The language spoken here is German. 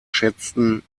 schätzten